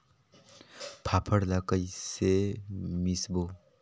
फाफण ला कइसे मिसबो?